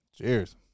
Cheers